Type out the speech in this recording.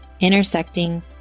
Intersecting